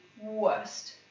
worst